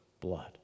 blood